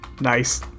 Nice